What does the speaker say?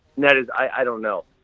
that is, i don't know.